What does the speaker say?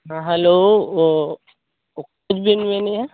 ᱦᱮᱸ ᱦᱮᱞᱳ ᱚᱠᱚᱭ ᱵᱤᱱ ᱢᱮᱱᱮᱫᱼᱟ